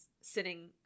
sitting